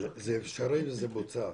זה אפשרי וזה בוצע.